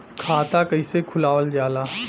खाता कइसे खुलावल जाला?